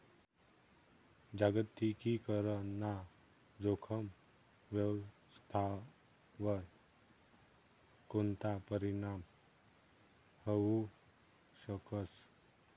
जागतिकीकरण ना जोखीम व्यवस्थावर कोणता परीणाम व्हवू शकस